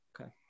Okay